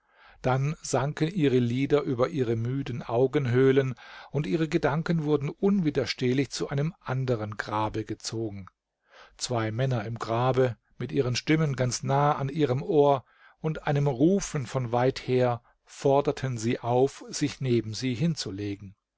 dann sanken ihre lider über ihre müden augenhöhlen und ihre gedanken wurden unwiderstehlich zu einem andern grabe gezogen zwei männer im grabe mit ihren stimmen ganz nah an ihrem ohr und einem rufen von weither forderten sie auf sich neben sie hinzulegen